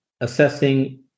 assessing